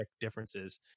differences